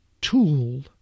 tool